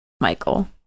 Michael